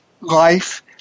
life